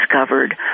discovered